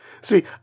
See